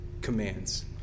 commands